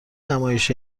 نمایش